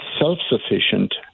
self-sufficient